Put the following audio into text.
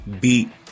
beat